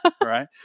Right